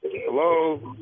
hello